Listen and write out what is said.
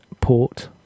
port